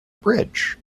bridge